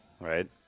Right